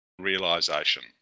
realisation